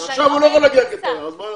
עכשיו הוא לא יכול להגיע כתייר, אז מה לעשות?